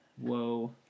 Whoa